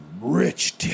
Rich